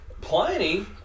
Pliny